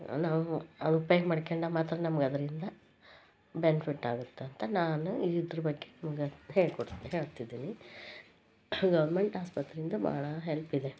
ನಾವು ಅದು ಉಪಯೋಗ ಮಾಡ್ಕೊಂಡಾಗ ಮಾತ್ರ ನಮ್ಗೆ ಅದರಿಂದ ಬೆನಿಫಿಟ್ ಆಗುತ್ತೆ ಅಂತ ನಾನು ಇದ್ರ ಬಗ್ಗೆ ನಿಮ್ಗೆ ಹೇಳ್ಕೊಡು ಹೇಳ್ತಿದ್ದೀನಿ ಗೌರ್ಮೆಂಟ್ ಆಸ್ಪತ್ರೆಯಿಂದ ಭಾಳಾ ಹೆಲ್ಪಿದೆ